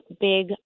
big